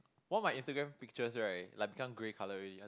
one of my Instagram pictures right like become grey colour already